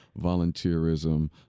volunteerism